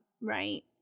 right